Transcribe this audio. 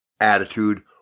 attitude